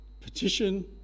petition